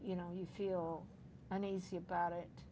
you know you feel uneasy about it